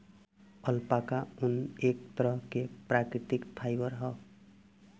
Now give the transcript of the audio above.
alpaca ऊन, एक तरह के प्राकृतिक फाइबर ह